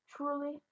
Truly